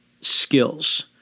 skills